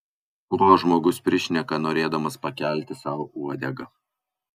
ko žmogus prišneka norėdamas pakelti sau uodegą